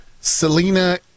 selena